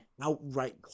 outright